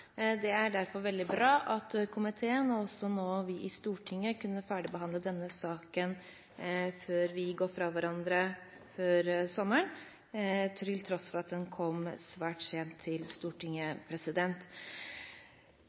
Det er derfor veldig bra at komiteen, og også nå vi i Stortinget, kunne ferdigbehandle denne saken før vi går fra hverandre før sommeren, til tross for at den kom svært sent til Stortinget.